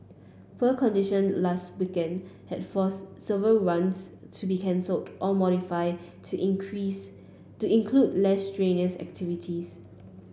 poor condition last weekend had forced several runs to be cancelled or modified to to include less strenuous activities